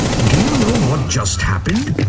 do you know what just happened?